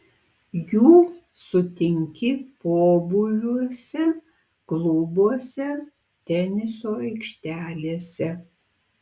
jų sutinki pobūviuose klubuose teniso aikštelėse